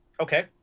Okay